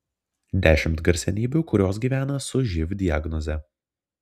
dešimt garsenybių kurios gyvena su živ diagnoze